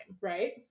right